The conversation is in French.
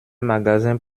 magasins